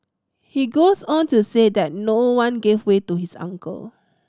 he goes on to say that no one gave way to his uncle